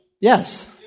Yes